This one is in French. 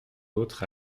autres